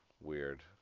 weird